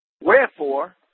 Wherefore